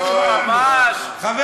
ממש.